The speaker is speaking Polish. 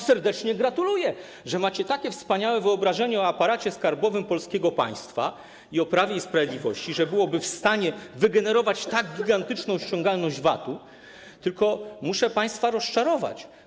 Serdecznie wam gratuluję, że macie takie wspaniałe wyobrażenie o aparacie skarbowym polskiego państwa i o Prawie i Sprawiedliwości: że byłoby w stanie wygenerować tak gigantyczną ściągalność VAT-u, tylko muszę państwa rozczarować.